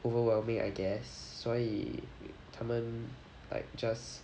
overwhelming I guess 所以他们 like just